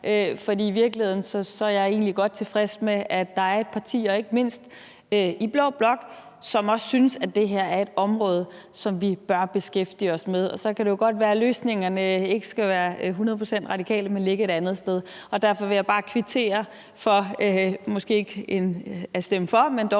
For i virkeligheden er jeg egentlig godt tilfreds med, at der er et parti, ikke mindst i blå blok, som også synes, at det her er et område, som vi bør beskæftige os med, og så kan det jo godt være, løsningerne ikke skal være hundrede procent radikale, men ligge et andet sted. Derfor vil jeg bare kvittere for det, der måske ikke er en stemme for, men dog